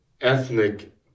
ethnic